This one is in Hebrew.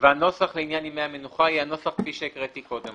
הנוסח לעניין ימי המנוחה יהיה הנוסח כפי שהקראתי קודם.